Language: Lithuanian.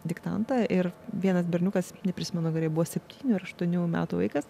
diktantą ir vienas berniukas neprismenu gerai buvo septynių ar aštuonių metų vaikas